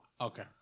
Okay